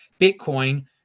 bitcoin